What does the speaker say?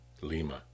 Lima